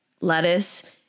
lettuce